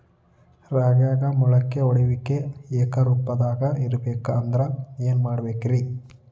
ರಾಗ್ಯಾಗ ಮೊಳಕೆ ಒಡೆಯುವಿಕೆ ಏಕರೂಪದಾಗ ಇರಬೇಕ ಅಂದ್ರ ಏನು ಮಾಡಬೇಕ್ರಿ?